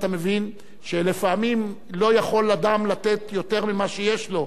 אתה מבין שלפעמים לא יכול אדם לתת יותר ממה שיש לו,